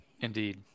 Indeed